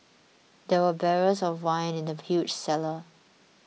there were barrels of wine in the huge cellar